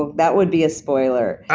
that would be a spoiler.